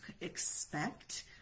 expect